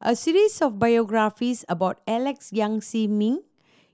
a series of biographies about Alex Yam Ziming